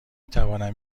توانم